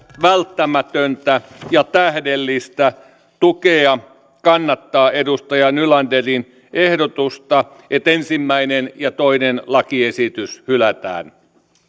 välttämätöntä ja tähdellistä tukea kannattaa edustaja nylanderin ehdotusta että ensimmäinen ja toinen lakiesitys hylätään